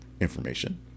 information